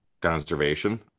conservation